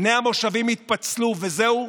בני המושבים התפצלו וזהו?